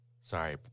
Sorry